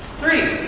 three,